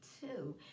two